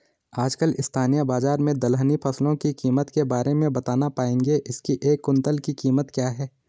आजकल स्थानीय बाज़ार में दलहनी फसलों की कीमत के बारे में बताना पाएंगे इसकी एक कुन्तल की कीमत क्या है?